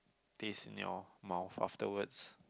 this in your mouth afterwards